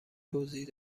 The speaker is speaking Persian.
توضیح